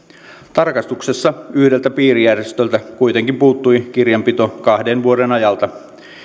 tarkastuksessa yhdeltä piirijärjestöltä kuitenkin puuttui kirjanpito kahden vuoden ajalta